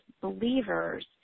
believers